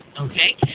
Okay